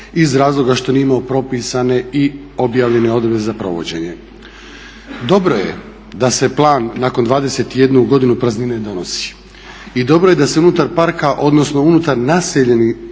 iz razloga što nije imao propisane i objavljene odredbe za provođenje. Dobro je da se plan nakon 21 godinu praznine donosi i dobro je da se unutar parka odnosno unutar naseljenih